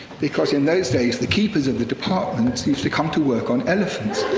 because in those days, the keepers of the departments used to come to work on elephants.